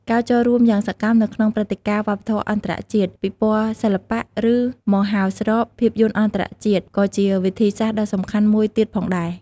ការចូលរួមយ៉ាងសកម្មនៅក្នុងព្រឹត្តិការណ៍វប្បធម៌អន្តរជាតិ ពិព័រណ៍សិល្បៈ ឬមហោស្រពភាពយន្តអន្តរជាតិក៏ជាវិធីសាស្ត្រដ៏សំខាន់មួយទៀតផងដែរ។